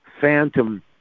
phantom